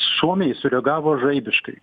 suomiai sureagavo žaibiškai